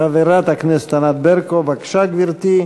חברת הכנסת ענת ברקו, בבקשה, גברתי.